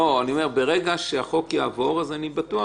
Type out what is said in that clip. ברגע שהחוק יעבור אני בטוח